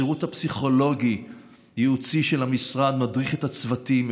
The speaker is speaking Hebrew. השירות הפסיכולוגי-ייעוצי של המשרד מדריך את הצוותים,